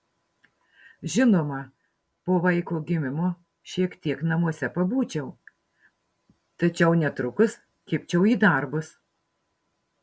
žinoma po vaiko gimimo šiek tiek namuose pabūčiau tačiau netrukus kibčiau į darbus